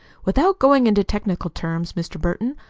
without going into technical terms, mr. burton,